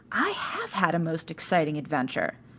i have had a most exciting adventure.